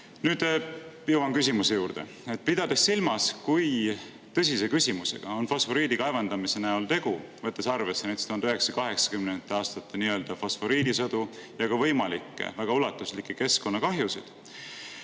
oma. Nüüd jõuan küsimuse juurde. Pidades silmas, kui tõsise küsimusega on fosforiidi kaevandamise näol tegu, ja võttes arvesse näiteks 1980. aastate fosforiidisõdu ja ka võimalikke väga ulatuslikke keskkonnakahjusid,